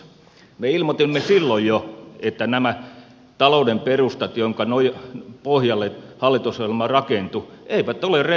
me ilmoitimme silloin jo että nämä talouden perustat joiden pohjalle hallitusohjelma rakentui eivät ole realistisia